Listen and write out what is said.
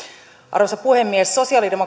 arvoisa puhemies sosiaalidemokraatit